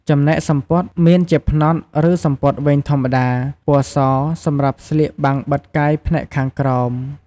ចំណែកសំពត់មានជាផ្នត់ឬសំពត់វែងធម្មតា ពណ៌ស សម្រាប់ស្លៀកបាំងបិទកាយផ្នែកខាងក្រោម។